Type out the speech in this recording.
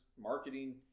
marketing